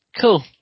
Cool